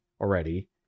already